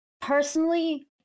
personally